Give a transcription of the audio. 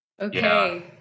okay